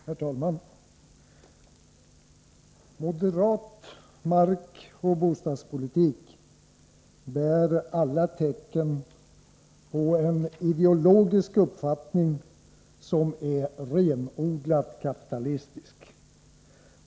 Herr talman! Moderat markoch bostadspolitik bär alla tecken på en ideologisk uppfattning som är renodlat kapitalistisk.